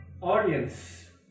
audience